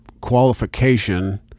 qualification